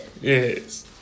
Yes